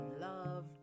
love